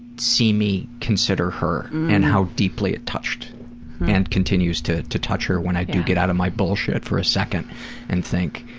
see me consider her, and how deeply it touched and continues to to touch her when i do get out of my bullshit for a second and think,